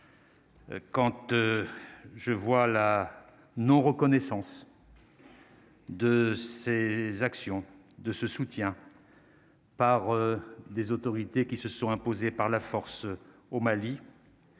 Kant, je vois la non reconnaissance. De ces actions de ce soutien. Par des autorités qui se sont imposés par la force au Mali.